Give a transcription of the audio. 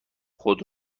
خود